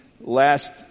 last